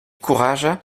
courage